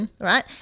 right